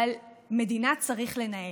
אבל מדינה צריך לנהל,